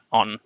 on